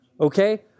Okay